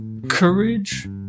courage